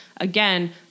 again